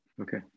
Okay